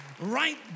right